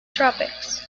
tropics